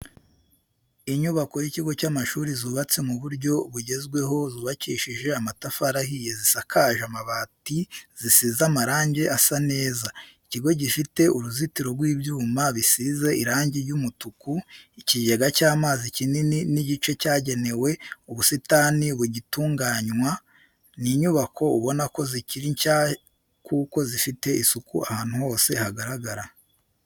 Inyubako y'ikigo cy'amashuri zubatse mu buryo bugezweho zubakishije amatafari ahiye zisakaje amabati zisize amarange asa neza, ikigo gifite uruzitiro rw'ibyuma bisize irangi ry'umutuku, ikigega cy'amazi kinini n'igice cyagenewe ubusitani bugitunganywa. Ni inyubako ubona ko zikiri nshya kuko zifite isuku ahantu hose hagaragara.